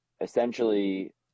essentially